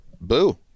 boo